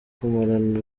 kumarana